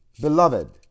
Beloved